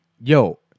yo